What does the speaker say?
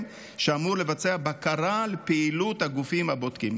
שאמור לבצע בקרה על פעילות הגופים הבודקים.